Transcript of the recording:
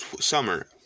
summer